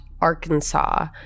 Arkansas